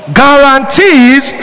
guarantees